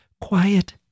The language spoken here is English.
quiet